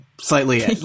slightly